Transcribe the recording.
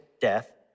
death